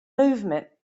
movement